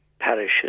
parishes